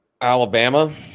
Alabama